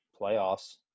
playoffs